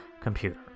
computer